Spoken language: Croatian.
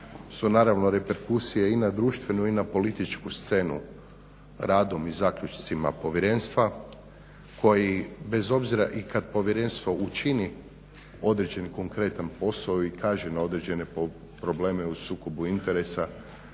su naravno reperkusije i na društvenu i na političku scenu radom i zaključcima povjerenstva koji bez obzira i kad povjerenstvo učini određen konkretan posao i kaže na određene probleme u sukobu interesa